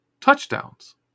touchdowns